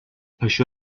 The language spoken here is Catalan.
això